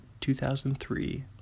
2003